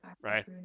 right